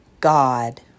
God